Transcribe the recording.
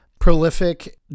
prolific